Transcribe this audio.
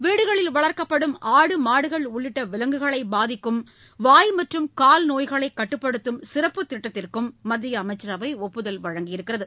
வீடுகளில் வளர்க்கப்படும் ஆடு மாடுகள் உள்ளிட்ட விவங்குகளை பாதிக்கும் வாய் மற்றும் கால்நோய்களைக் கட்டுப்படுத்தும் சிறப்பு திட்டத்திற்கும் மத்திய அமைச்சரவை ஒப்புதல் வழங்கியுள்ளது